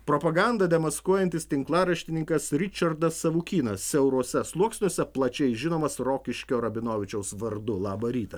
propagandą demaskuojantis tinklaraštininkas ričardas savukynas siauruose sluoksniuose plačiai žinomas rokiškio rabinovičiaus vardu labą rytą